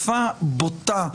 וטכנולוגיה ישראלית פורצת דרך,